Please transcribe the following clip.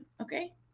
okay